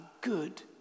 good